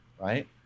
Right